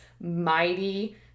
mighty